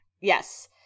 Yes